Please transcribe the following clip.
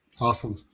Awesome